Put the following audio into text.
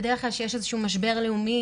בדרך כלל כשיש משבר לאומי,